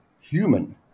human